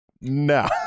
No